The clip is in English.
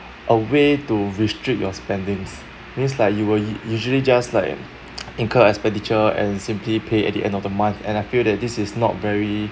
a way to restrict your spendings means like you will usually just like incur expenditure and simply pay at the end of the month and I feel that this is not very